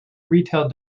retail